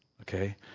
Okay